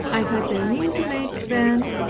i had an intimate friend,